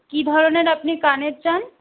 কি ধরনের আপনি কানের চান